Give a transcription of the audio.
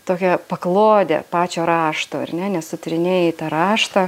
tokią paklodę pačio rašto ar ne nes tu tyrinėji tą raštą